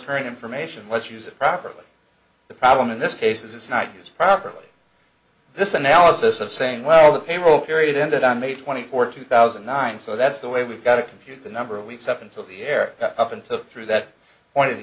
current information let's use it properly the problem in this case is it's not used properly this analysis of saying well the payroll period ended on may twenty fourth two thousand and nine so that's the way we've got to compute the number of weeks up until the air up until through that point of the